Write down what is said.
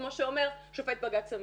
כמו שאומר שופט בג"ץ עמית.